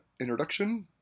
introduction